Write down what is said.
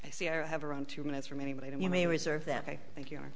i see i have around two minutes from anybody that you may reserve that i think you